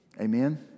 Amen